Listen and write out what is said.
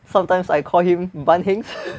sometimes I call him Ban Hengs